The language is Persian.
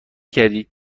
کردی